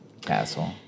castle